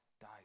died